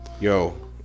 Yo